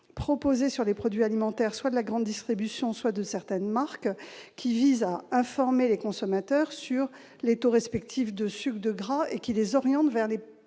applicable aux produits alimentaires de la grande distribution ou de certaines marques, vise à informer les consommateurs sur les taux respectifs de sucre de gras et à les orienter vers ce